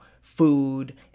food